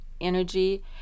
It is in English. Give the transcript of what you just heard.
energy